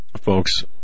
folks